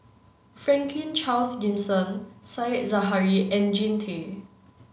Franklin Charles Gimson said Zahari and Jean Tay